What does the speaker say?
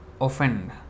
offend